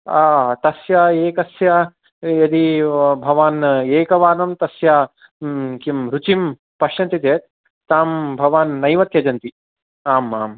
तस्य एकस्य यदि भवान् एकवारं तस्य किं रुचिं पश्यन्ति चेत् तां भवान् नैव त्यजन्ति आम् आम्